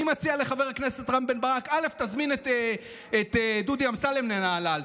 אני מציע לחבר הכנסת רם בן ברק: תזמין את דודי אמסלם לנהלל.